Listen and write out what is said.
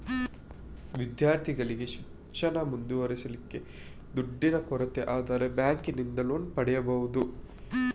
ವಿದ್ಯಾರ್ಥಿಗಳಿಗೆ ಶಿಕ್ಷಣ ಮುಂದುವರಿಸ್ಲಿಕ್ಕೆ ದುಡ್ಡಿನ ಕೊರತೆ ಆದ್ರೆ ಬ್ಯಾಂಕಿನಿಂದ ಲೋನ್ ಪಡೀಬಹುದು